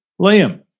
Liam